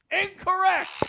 Incorrect